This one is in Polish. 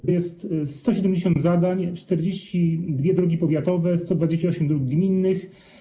To 170 zadań: 42 drogi powiatowe, 128 dróg gminnych.